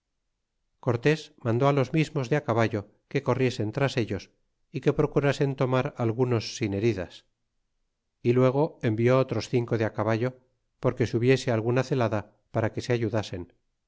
cortes mandó los mismos de caballo que corriesen tras ellos y que procurasen tomar algunos sin heridas y luego envió otros cinco de caballo porque si hubiese alguna celada para que se ayudasen